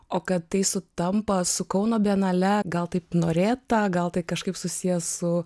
o kad tai sutampa su kauno bienale gal taip norėta gal tai kažkaip susiję su